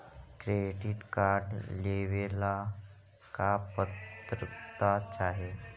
Credit card लेवेला का पात्रता चाही?